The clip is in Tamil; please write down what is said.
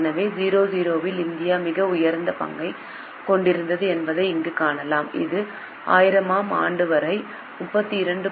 எனவே 00 இல் இந்தியா மிக உயர்ந்த பங்கைக் கொண்டிருந்தது என்பதை இங்கே காணலாம் இது 1000 ஆம் ஆண்டு வரை 32